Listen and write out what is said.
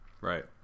Right